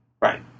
Right